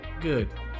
good